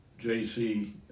JC